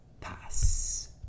pass